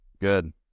good